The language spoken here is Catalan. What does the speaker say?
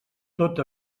tot